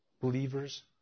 believers